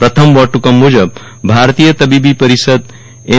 પ્રથમ વટ હુકમ મુજબ ભારતીય તબીબી પરિષદ એમ